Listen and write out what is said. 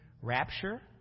rapture